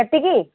ଏତିକି